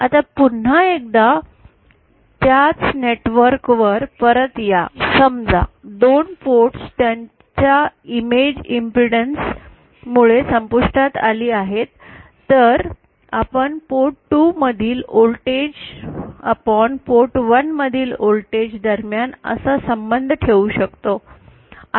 आता पुन्हा एकदा त्याच नेटवर्क वर परत या समजा दोन पोर्ट्स त्यांच्या इमेज इम्पीडैन्स मुळे संपुष्टात आले आहेत तर आपण पोर्ट 2 मधील व्होल्टेज पोर्ट 1 मधील व्होल्टेज दरम्यान असा संबंध ठेवू शकतो